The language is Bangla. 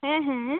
হ্যাঁ হ্যাঁ